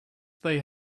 they